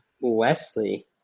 Wesley